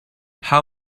how